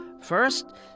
First